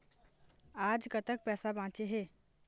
आज कतक पैसा बांचे हे?